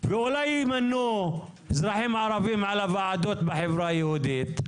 אולי ימנו אזרחים ערבים על הוועדות בחברה היהודית,